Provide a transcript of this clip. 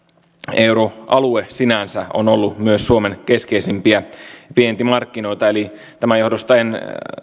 euroalue sinänsä on ollut myös suomen keskeisimpiä vientimarkkinoita eli tämän johdosta en